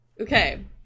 okay